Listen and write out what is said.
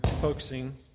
focusing